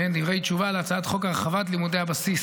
דברי תשובה להצעת חוק הרחבת לימודי הבסיס